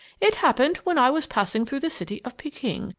it happened when i was passing through the city of peking,